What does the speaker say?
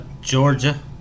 Georgia